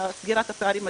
לסגירת הפערים הדיגיטליים.